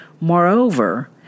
Moreover